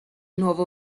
nuovo